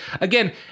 again